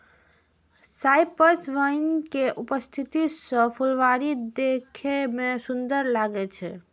cypress vine के उपस्थिति सं फुलबाड़ी देखै मे सुंदर लागै छै